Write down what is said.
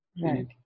Right